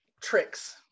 tricks